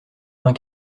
vingt